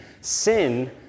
sin